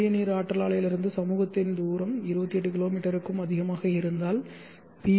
சிறிய நீர் ஆற்றல் ஆலையிலிருந்து சமூகத்தின் தூரம் 28 கிலோமீட்டருக்கும் அதிகமாக இருந்தால் பி